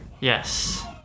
Yes